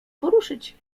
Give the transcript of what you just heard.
poruszyć